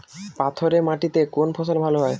পাথরে মাটিতে কোন ফসল ভালো হয়?